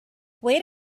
wait